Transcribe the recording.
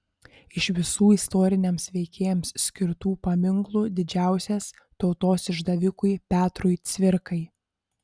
iš visų istoriniams veikėjams skirtų paminklų didžiausias tautos išdavikui petrui cvirkai